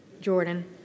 Jordan